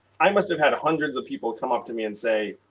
i must have had hundreds of people come up to me and say,